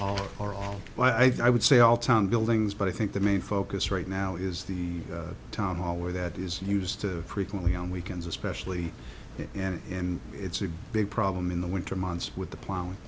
thought i would say all town buildings but i think the main focus right now is the town hall where that is news to frequently on weekends especially and and it's a big problem in the winter months with the plow